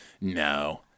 No